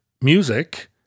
music